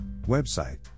website